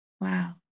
wow